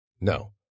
No